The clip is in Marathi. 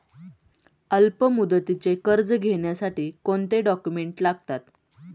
अल्पमुदतीचे कर्ज घेण्यासाठी कोणते डॉक्युमेंट्स लागतात?